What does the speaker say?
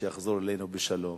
שיחזור אלינו בשלום,